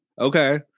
Okay